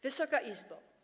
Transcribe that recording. Wysoka Izbo!